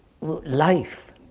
life